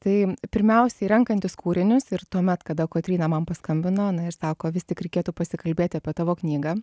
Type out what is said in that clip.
tai pirmiausiai renkantis kūrinius ir tuomet kada kotryna man paskambino sako vis tik reikėtų pasikalbėti apie tavo knygą